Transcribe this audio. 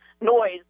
noise